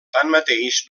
tanmateix